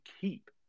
keep